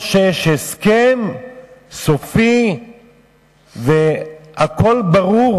או שיש הסכם סופי והכול ברור,